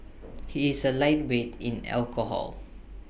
he is A lightweight in alcohol